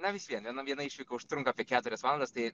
na vis vien viena viena išvyka užtrunka apie keturias valandas tai